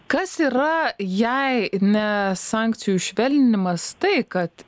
kas yra jei ne sankcijų švelninimas tai kad